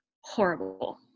horrible